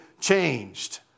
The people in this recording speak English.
changed